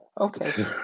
Okay